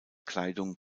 kleidung